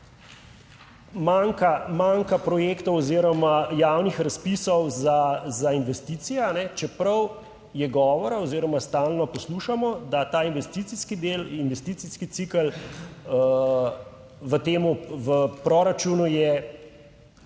manjka projektov oziroma javnih razpisov za investicije, čeprav je govora oziroma stalno poslušamo, da ta investicijski del, investicijski cikel, v tem proračunu je